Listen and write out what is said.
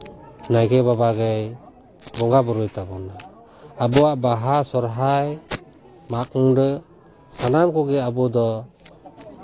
ᱱᱟᱭᱠᱮ ᱵᱟᱵᱟ ᱜᱮᱭ ᱵᱚᱸᱜᱟ ᱵᱩᱨᱩᱭ ᱛᱟᱵᱚᱱᱟ ᱟᱵᱚᱣᱟᱜ ᱵᱟᱦᱟ ᱥᱚᱨᱦᱟᱭ ᱢᱟᱜ ᱢᱚᱬᱮ ᱥᱟᱱᱟᱢ ᱠᱚᱜᱮ ᱟᱵᱚ ᱫᱚ